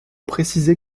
préciser